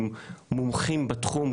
עם מומחים בתחום,